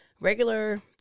regular